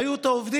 והיו את העובדים,